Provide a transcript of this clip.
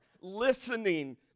listening